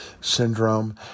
syndrome